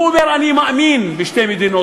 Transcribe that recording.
הוא אומר: אני מאמין בשתי מדינות.